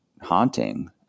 haunting